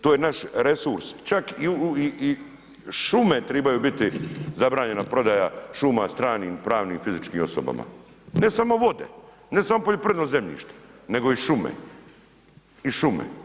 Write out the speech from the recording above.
To je naš resurs, čak i šume tribaju biti zabranjena prodaja šuma stranim pravnim fizičkim osobama, ne samo vode, ne samo poljoprivredno zemljište nego i šume.